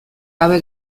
gabe